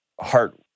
heart